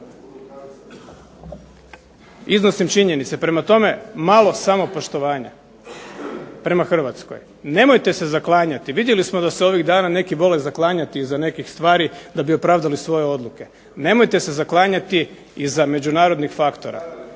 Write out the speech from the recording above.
Iznosim činjenice, prema tome malo samo poštovanja prema Hrvatskoj. Nemojte se zaklanjati, vidjeli smo da se ovih dana neki vole zaklanjati iza nekih stvari da bi opravdali svoje odluke, nemojte se zaklanjati iza međunarodnih faktora.